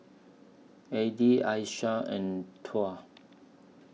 Adi Aisyah and Tuah